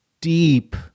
deep